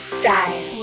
style